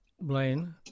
Blaine